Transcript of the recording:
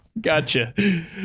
Gotcha